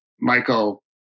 Michael